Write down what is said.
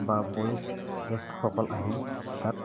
বা বয়োজ্যেষ্ঠসকল আহি তাত